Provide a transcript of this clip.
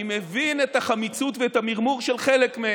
אני מבין את החמיצות ואת המרמור של חלק מהם.